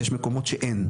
יש מקומות שאין.